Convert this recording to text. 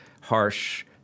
harsh